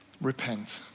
repent